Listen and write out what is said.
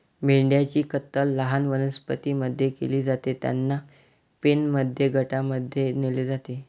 मेंढ्यांची कत्तल लहान वनस्पतीं मध्ये केली जाते, त्यांना पेनमध्ये गटांमध्ये नेले जाते